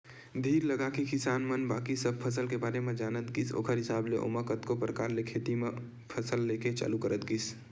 धीर लगाके किसान मन बाकी सब फसल के बारे म जानत गिस ओखर हिसाब ले ओमन कतको परकार ले खेत म फसल लेके चालू करत गिस